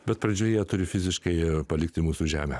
bet pradžioje turi fiziškai palikti mūsų žemę